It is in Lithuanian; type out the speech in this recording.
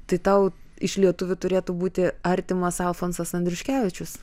tai tau iš lietuvių turėtų būti artimas alfonsas andriuškevičius